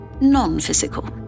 non-physical